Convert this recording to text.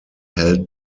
held